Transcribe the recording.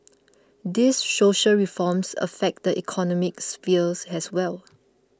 these social reforms affect the economic spheres as well